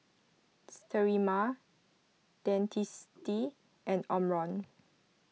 Sterimar Dentiste and Omron